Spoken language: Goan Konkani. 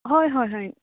हय हय हय